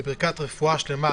בברכת רפואה שלמה,